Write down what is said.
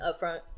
upfront